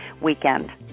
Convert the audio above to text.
weekend